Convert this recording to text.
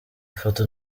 foto